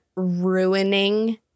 ruining